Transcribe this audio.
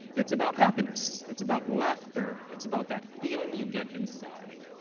it's about happiness. it's about laughter. it's about that feeling you get inside.